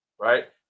Right